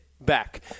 back